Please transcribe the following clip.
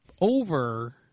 over –